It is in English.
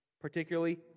particularly